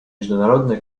международная